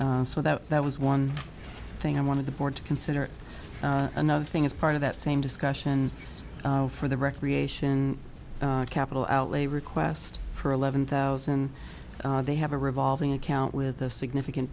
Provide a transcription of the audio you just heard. so that that was one thing i wanted the board to consider another thing as part of that same discussion for the recreation capital outlay request for eleven thousand they have a revolving account with a significant